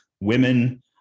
women